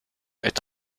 est